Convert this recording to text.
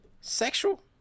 sexual